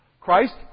Christ